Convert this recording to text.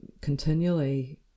continually